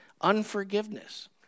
unforgiveness